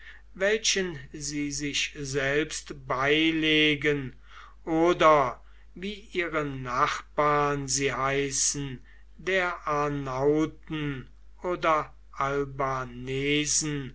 welchen sie sich selbst beilegen oder wie ihre nachbarn sie heißen der